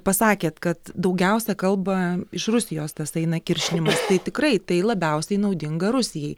pasakėt kad daugiausia kalba iš rusijos tas eina kiršinimas tai tikrai tai labiausiai naudinga rusijai